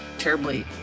terribly